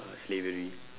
uh slavery